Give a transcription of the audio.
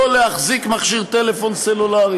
שלא להחזיק מכשיר טלפון סלולרי